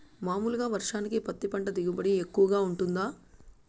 మామూలుగా వర్షానికి పత్తి పంట దిగుబడి ఎక్కువగా గా వుంటుందా?